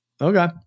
Okay